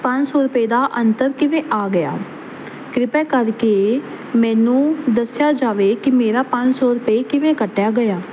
ਪੰਜ ਸੌ ਰੁਪਏ ਦਾ ਅੰਤਰ ਕਿਵੇਂ ਆ ਗਿਆ ਕ੍ਰਿਪਾ ਕਰਕੇ ਮੈਨੂੰ ਦੱਸਿਆ ਜਾਵੇ ਕਿ ਮੇਰਾ ਪੰਜ ਸੌ ਰੁਪਏ ਕਿਵੇਂ ਕੱਟਿਆ ਗਿਆ